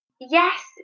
Yes